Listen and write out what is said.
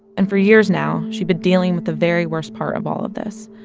and for years now, she'd been dealing with the very worst part of all of this.